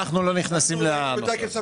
אנחנו לא נכנסים לזה.